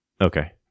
Okay